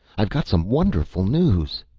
i've got some wonderful news.